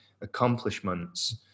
accomplishments